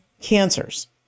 cancers